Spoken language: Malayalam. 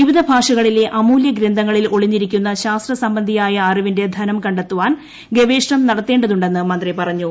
വിവിധ ഭാഷകളിലെ അമൂല്യ ഗ്രന്ഥങ്ങളിൽ ഒളിഞ്ഞിരിക്കുന്ന ശാസ്ത്ര സംബന്ധിയായ അറിവിന്റെ ധനം കണ്ടെത്തുവാൻ ഗവേഷണം നടത്തേണ്ടതുണ്ടെന്ന് മന്ത്രി പറഞ്ഞു